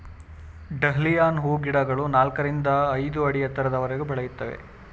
dahlias ಹೂಗಿಡಗಳು ನಾಲ್ಕರಿಂದ ಐದು ಅಡಿ ಎತ್ತರದವರೆಗೂ ಬೆಳೆಯುತ್ತವೆ